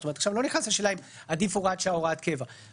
אני לא נכנס עכשיו לשאלה אם עדיף הוראת שעה או הוראת קבע.